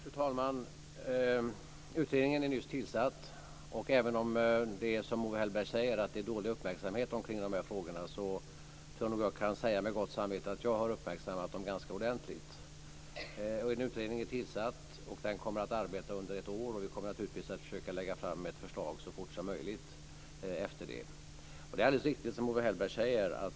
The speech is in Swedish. Fru talman! Utredningen är nyss tillsatt. Och även om det, som Owe Hellberg säger, är dålig uppmärksamhet kring de här frågorna tror jag att jag med gott samvete kan säga att jag har uppmärksammat dem ganska ordentligt. En utredning är alltså tillsatt. Den kommer att arbeta under ett år. Vi kommer naturligtvis att försöka lägga fram ett förslag så fort som möjligt efter det. Det är alldeles riktigt som Owe Hellberg säger.